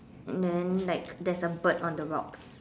and then like there's a bird on the rocks